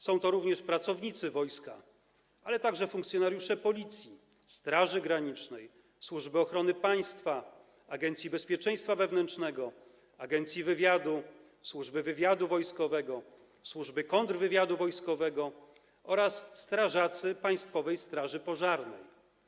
Są to również pracownicy wojska, ale także funkcjonariusze Policji, Straży Granicznej, Służby Ochrony Państwa, Agencji Bezpieczeństwa Wewnętrznego, Agencji Wywiadu, Służby Wywiadu Wojskowego, Służby Kontrwywiadu Wojskowego oraz strażacy Państwowej Straży Pożarnej.